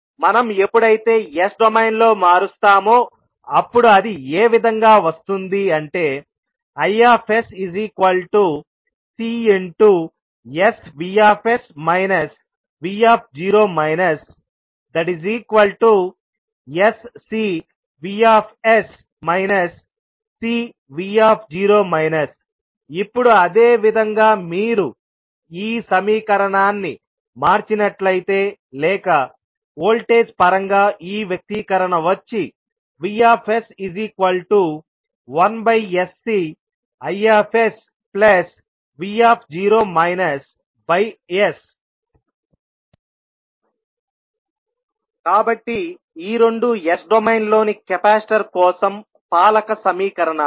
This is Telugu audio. మనం ఎప్పుడైతే S డొమైన్ లో మారుస్తామో అప్పుడు అది ఏ విధంగా వస్తుంది అంటే IsCsVs v0 sCVs Cv0 ఇప్పుడు అదే విధంగా మీరు ఈ సమీకరణాన్ని మార్చినట్లయితే లేక వోల్టేజ్ పరంగా ఈ వ్యక్తీకరణ వచ్చి Vs1sCIsvs కాబట్టి ఈ రెండూ S డొమైన్లోని కెపాసిటర్ కోసం పాలక సమీకరణాలు